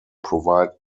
provide